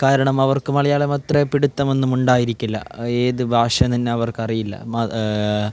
കാരണം അവർക്ക് മലയാളം അത്ര പിടുത്തമൊന്നും ഉണ്ടായിരിക്കില്ല ഏത് ഭാഷ എന്നുതന്നെ അവർക്കറിയില്ല